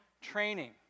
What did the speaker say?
training